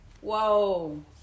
Whoa